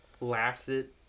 lasted